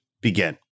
begin